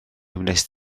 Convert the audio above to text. wnest